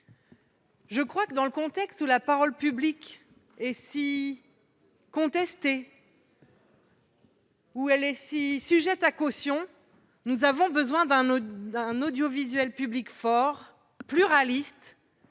mon avis. Dans un contexte où la parole publique est aussi contestée et sujette à caution, nous avons besoin d'un audiovisuel public fort, pluraliste,